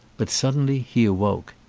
but suddenly he awoke.